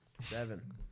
Seven